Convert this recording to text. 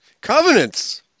Covenants